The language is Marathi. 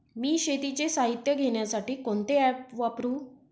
मी शेतीचे साहित्य घेण्यासाठी कोणते ॲप वापरु?